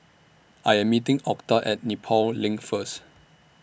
I Am meeting Octa At Nepal LINK First